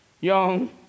young